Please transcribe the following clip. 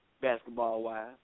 Basketball-wise